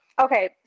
Okay